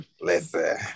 listen